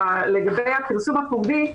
לגבי הפרסום הפומבי.